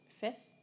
Fifth